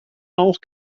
auch